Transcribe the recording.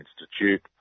Institute